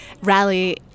rally